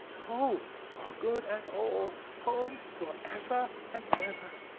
home, for good and all. home, for ever and ever.